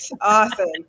Awesome